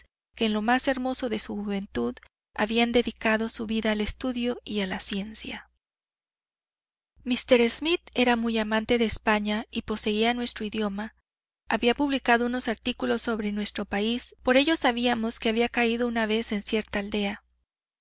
en lo más hermoso de su juventud habían dedicado su vida al estudio y a la ciencia mr smith era muy amante de españa y poseía nuestro idioma había publicado unos artículos sobre nuestro país por ellos sabíamos que había caído una vez en cierta aldea